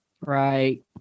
Right